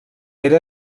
era